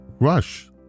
Rush